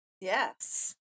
Yes